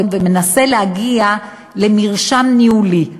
ומנסה להגיע למרשם ניהולי.